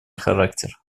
характер